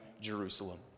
Jerusalem